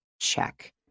Check